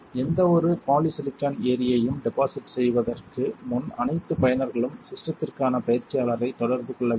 எந்தவொரு பாலிசிலிகான் ஏரியையும் டெபாசிட் செய்வதற்கு முன் அனைத்து பயனர்களும் ஸிஸ்டெத்திற்கான பயிற்சியாளரைத் தொடர்பு கொள்ள வேண்டும்